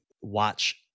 watch